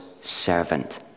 servant